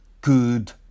good